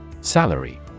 Salary